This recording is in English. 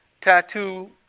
tattoo